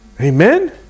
Amen